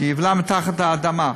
שייבלע מתחת לאדמה.